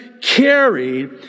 carried